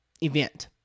event